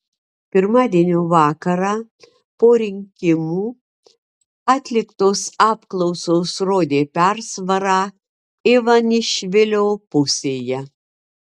pirmadienio vakarą po rinkimų atliktos apklausos rodė persvarą ivanišvilio pusėje